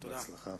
בהצלחה.